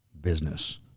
business